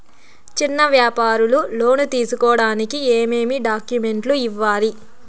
చిన్న వ్యాపారులు లోను తీసుకోడానికి ఏమేమి డాక్యుమెంట్లు ఇవ్వాలి?